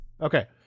Okay